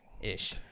Ish